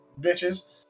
bitches